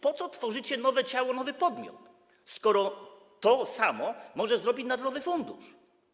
Po co tworzycie nowe ciało, nowy podmiot, skoro to samo może zrobić narodowy fundusz?